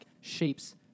shapes